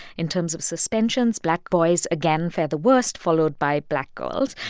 in terms of suspensions, black boys, again, fare the worst, followed by black girls.